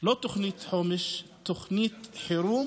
לא תוכנית חומש, תוכנית חירום.